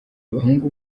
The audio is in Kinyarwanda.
abahungu